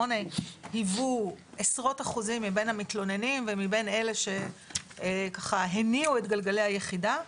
היוו עשרות אחוזים מבין המתלוננים ומבין אלה שהניעו את גלגלי היחידה,